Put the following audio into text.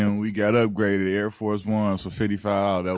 and we got upgraded air force ones for fifty five and